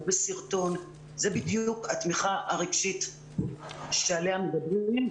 בסרטון זו בדיוק התמיכה הרגשית שעליה מדברים,